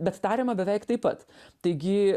bet tariama beveik taip pat taigi